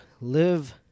live